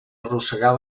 arrossegar